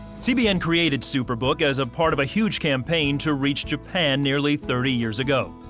cbn created superbook as a part of a huge campaign to reach japan nearly thirty years ago.